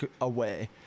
away